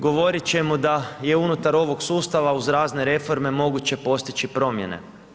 Govorit ćemo da je unutar ovog sustava uz razne reforme moguće postići promjene.